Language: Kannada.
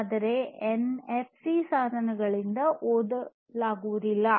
ಆದರೆ ಎನ್ಎಫ್ಸಿ ಸಾಧನಗಳಿಂದ ಓದಲಾಗುವುದಿಲ್ಲ